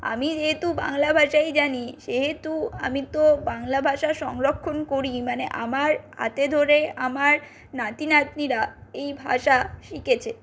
আমি যেহেতু বাংলা ভাষাই জানি সেহেতু আমি তো বাংলা ভাষা সংরক্ষন করি মানে আমার হাতে ধরে আমার নাতি নাতনিরা এই ভাষা শিখেছে